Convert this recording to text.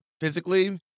physically